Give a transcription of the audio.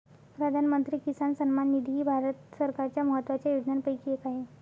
प्रधानमंत्री किसान सन्मान निधी ही भारत सरकारच्या महत्वाच्या योजनांपैकी एक आहे